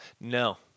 No